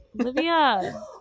Olivia